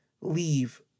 leave